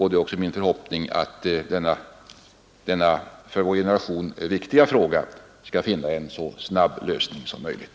Det är min förhoppning att denna för vår generation viktiga fråga skall finna en så snabb lösning som möjligt.